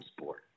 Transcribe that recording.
sport